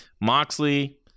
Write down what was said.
Moxley